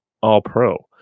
All-Pro